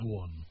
one